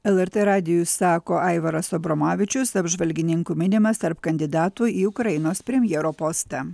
lrt radijui sako aivaras abromavičius apžvalgininkų minimas tarp kandidatų į ukrainos premjero postą